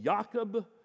Jacob